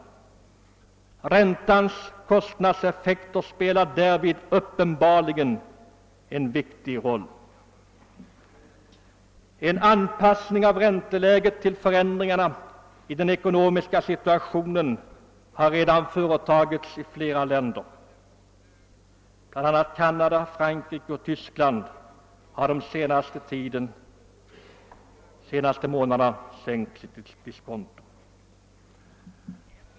Räntans kostnadseffekter spelar därvid uppenbarligen en viktig roll. En anpassning av ränteläget till förändringarna i den ekonomiska situationen har redan företagits i flera länder; bl.a. har Canada, Frankrike och Tyskland under de senaste månaderna sänkt diskontot.